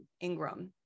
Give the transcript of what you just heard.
Ingram